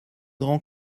grand